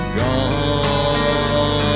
gone